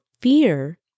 fear